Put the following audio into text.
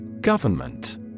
Government